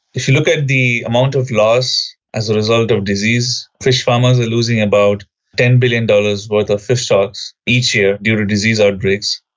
if you look at the amount of loss as a result of disease, fish farmers are losing about ten billion dollars worth of fish stocks each year due to disease outbreaks.